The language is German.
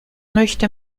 möchte